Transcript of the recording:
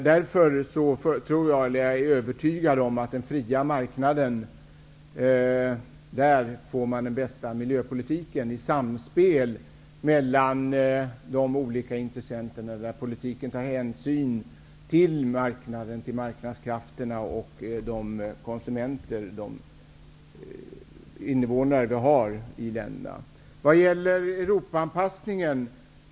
Herr talman! Ursäkta mig. Jag är övertygad om att man får den bästa miljöpolitiken på en fri marknad, i samspel mellan de olika intressenterna, där politiken tar hänsyn till marknadskrafterna, till konsumenterna, dvs.